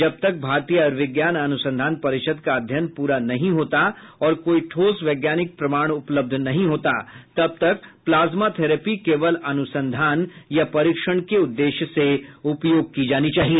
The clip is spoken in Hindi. जब तक भारतीय आयुर्विज्ञान अनुसंधान परिषद का अध्ययन पूरा नहीं होता और कोई ठोस वैज्ञानिक प्रमाण उपलब्ध नहीं होता तब तक प्लाज्मा थैरेपी केवल अनुसंधान या परीक्षण के उद्देश्य से उपयोग की जानी चाहिए